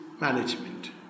management